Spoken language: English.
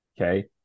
Okay